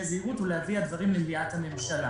זהירות ולהביא את הדברים למליאת הממשלה.